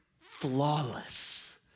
flawless